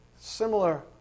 Similar